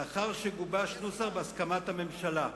לאחר שגובש נוסח בהסכמת הממשלה.